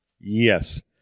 Yes